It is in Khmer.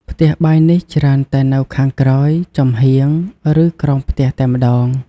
ផ្ទះបាយនេះច្រើនតែនៅខាងក្រោយ ចំហៀង ឬក្រោមផ្ទះតែម្ដង។